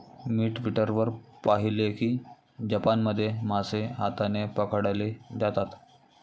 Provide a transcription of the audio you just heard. मी Twitter वर पाहिले की जपानमध्ये मासे हाताने पकडले जातात